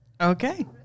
Okay